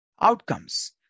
outcomes